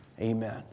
Amen